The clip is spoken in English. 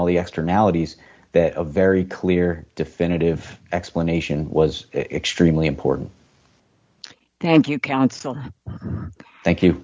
all the extra analogies that a very clear definitive explanation was extremely important thank you counsel thank you